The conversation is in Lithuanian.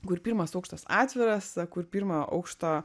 kur pirmas aukštas atviras kur pirmo aukšto